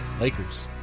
Lakers